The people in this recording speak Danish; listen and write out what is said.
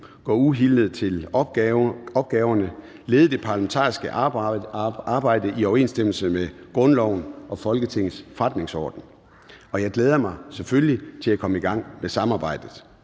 gå uhildet til opgaverne og lede det parlamentariske arbejde i overensstemmelse med grundloven og Folketingets forretningsorden. Jeg glæder mig selvfølgelig til at komme i gang med samarbejdet,